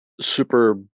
super